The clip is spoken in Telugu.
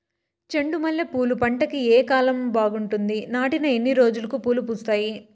చెండు మల్లె పూలు పంట కి ఏ కాలం బాగుంటుంది నాటిన ఎన్ని రోజులకు పూలు వస్తాయి